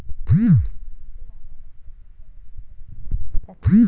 कृषी बाजारात कोणकोणत्या वस्तू खरेदी करता येतात